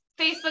facebook